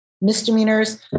misdemeanors